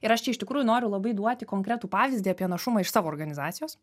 ir aš čia iš tikrųjų noriu labai duoti konkretų pavyzdį apie našumą iš savo organizacijos